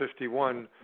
51